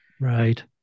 Right